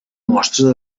mostra